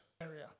area